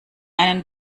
einen